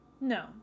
no